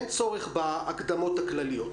אין צורך בהקדמות הכלליות.